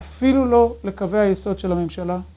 אפילו לא לקווי היסוד של הממשלה?